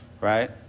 Right